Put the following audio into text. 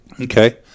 Okay